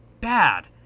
bad